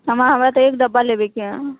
हमरा हमरा तऽ एक डब्बा लेबयके हए